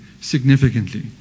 significantly